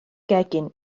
gegin